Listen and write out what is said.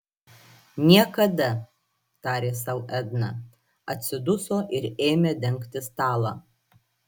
niekada tarė sau edna atsiduso ir ėmė dengti stalą